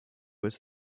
was